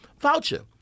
voucher